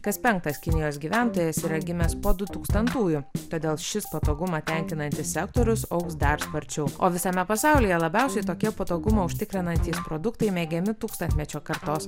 kas penktas kinijos gyventojas yra gimęs po dutūkstantųjų todėl šis patogumą tenkinantis sektorius augs dar sparčiau o visame pasaulyje labiausiai tokie patogumą užtikrinantys produktai mėgiami tūkstantmečio kartos